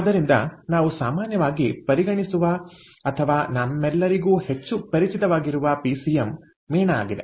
ಆದ್ದರಿಂದ ನಾವು ಸಾಮಾನ್ಯವಾಗಿ ಪರಿಗಣಿಸುವ ಅಥವಾ ನಮ್ಮೆಲ್ಲರಿಗೂ ಹೆಚ್ಚು ಪರಿಚಿತವಾಗಿರುವ ಪಿಸಿಎಂ ಮೇಣ ಆಗಿದೆ